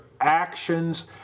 actions